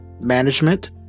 management